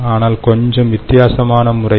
ஆனால் கொஞ்சம் வித்தியாசமான முறையில்